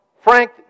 Frank